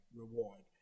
reward